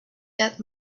that